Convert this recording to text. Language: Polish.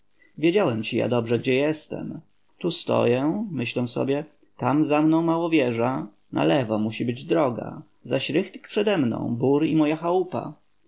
wiedziałem ci ja dobrze gdzie jestem tu stoję myślałem sobie tam za mną małowieża na lewo musi być droga zaś rychtyk przedemną bór i moja chałupa